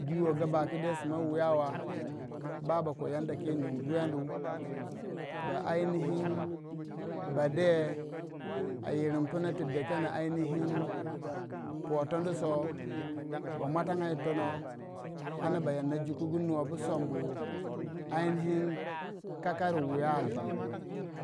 Diyo ga ba gade siman wiyawa ba ba koh yanda guyandi ba ainihin ba de irin punai tu dekeni ainihin poh du sor ba mmwatanga yitono tonou anda ba yanna jukugu nobu sombu ainihin kakari wiyau